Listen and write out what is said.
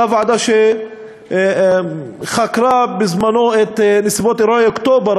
אותה ועדה שחקרה בזמנו את נסיבות אירועי אוקטובר,